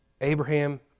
Abraham